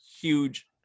huge